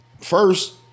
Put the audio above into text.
First